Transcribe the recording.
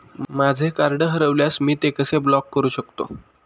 माझे कार्ड हरवल्यास मी ते कसे ब्लॉक करु शकतो?